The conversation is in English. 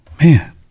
Man